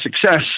success